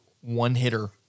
one-hitter